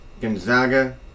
Gonzaga